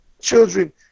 children